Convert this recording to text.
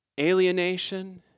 Alienation